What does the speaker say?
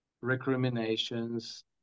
recriminations